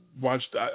watched